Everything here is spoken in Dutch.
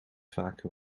vaker